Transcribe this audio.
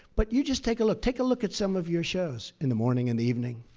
but you just take a look. take a look at some of your shows in the morning and the evening.